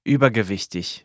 Übergewichtig